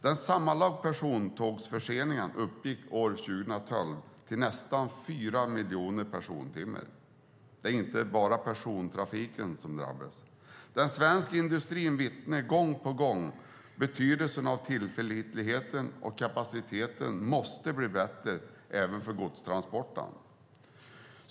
Den sammanlagda persontågsförseningen uppgick år 2012 till nästan 4 miljoner persontimmar. Det är inte bara persontrafiken som drabbas. Den svenska industrin vittnar gång på gång om att tillförlitligheten och kapaciteten måste bli bättre även för godstransporterna.